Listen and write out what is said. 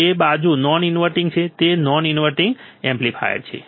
તે બાજુ non inverting છે તે નોન ઇન્વર્ટીંગ એમ્પ્લીફાયર છે